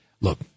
look